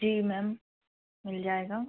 जी ma'am मिल जाएगा